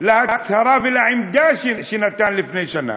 להצהרה ולעמדה שנתן לפי שנה,